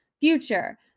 future